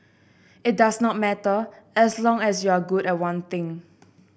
it does not matter as long as you're good at one thing